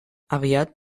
aviat